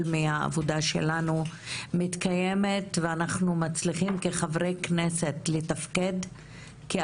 מהעבודה שלנו מתקיימת ואנחנו מצליחים כחברי כנסת לתפקד בזכות